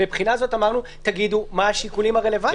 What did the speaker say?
מבחינה זאת אמרנו, תגידו מה השיקולים הרלוונטיים.